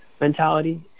mentality